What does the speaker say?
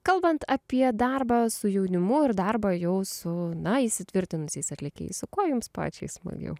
kalbant apie darbą su jaunimu ir darbą jau su na įsitvirtinusiais atlikėjais su kuo jums pačiai smagiau